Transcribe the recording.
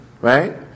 right